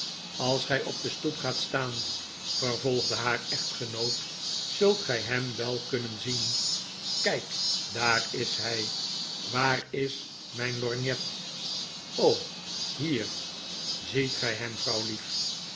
als gij op de stoep gaat staan vervolgde haar echtgenoot zult gij hem wel kunnen zien kijk i daar is hij waar is mijn lorgnet o hier ziet gij hem vrouwlief